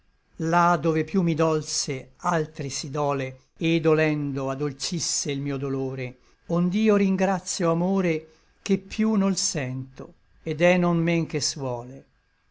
là dove piú mi dolse altri si dole et dolendo adolcisse il mio dolore ond'io ringratio amore che piú nol sento et è non men che suole